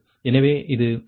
எனவே அது 0